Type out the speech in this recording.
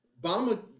Obama